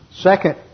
Second